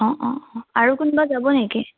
অ' অ' আৰু কোনোবা যাব নেকি